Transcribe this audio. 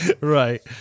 Right